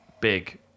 big